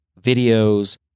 videos